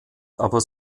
aber